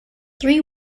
three